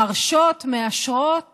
מרשות, מאשרות